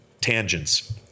tangents